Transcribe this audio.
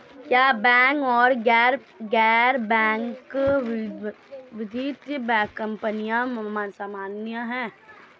क्या बैंक और गैर बैंकिंग वित्तीय कंपनियां समान हैं?